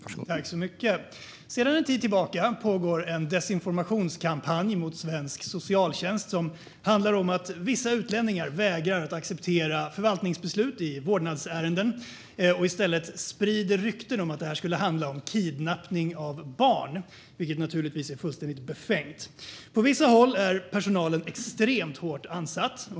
Herr talman! Sedan en tid tillbaka pågår en desinformationskampanj mot svensk socialtjänst. Det handlar om att vissa utlänningar vägrar att acceptera förvaltningsbeslut i vårdnadsärenden och i stället sprider rykten om att det skulle handla om kidnappning av barn, vilket naturligtvis är fullständigt befängt. På vissa håll är personalen extremt hårt ansatt.